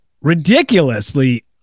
ridiculously